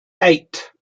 eight